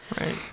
Right